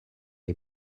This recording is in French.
est